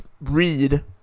read